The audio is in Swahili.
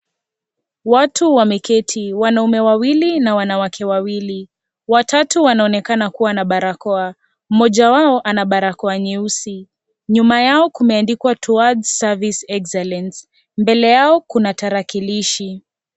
Watu wameketi. Wanaume wawili na wanawake wawili. Watatu wanaonekana kuwa na barakoa. Mmoja wao ana barakoa nyeusi. Nyuma yao kumeandikwa, Towards Service Excellence . Mbele yao kuna tarakilishi.